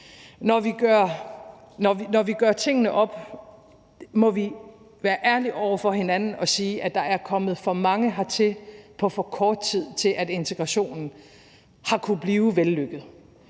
Når vi gør tingene op, må vi være ærlige over for hinanden og sige, at der er kommet for mange hertil på for kort tid, til at integrationen har kunnet blive vellykket.